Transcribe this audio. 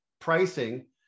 pricing